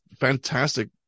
fantastic